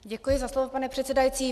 Děkuji za slovo, pane předsedající.